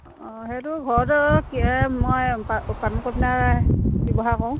অঁ সেইটো ঘৰতে কি এই মই উৎপাদন কৰি পেলাই ব্যৱহাৰ কৰোঁ